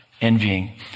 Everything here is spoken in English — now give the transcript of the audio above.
envying